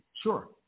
Sure